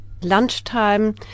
lunchtime